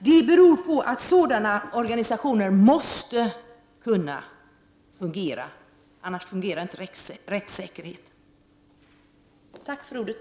Det beror på att sådana organisationer måste kunna fungera, för annars fungerar inte rättssäkerheten. Tack för ordet!